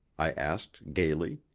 i asked gaily.